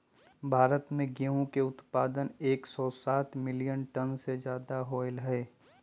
भारत में गेहूं के उत्पादन एकसौ सात मिलियन टन से ज्यादा होलय है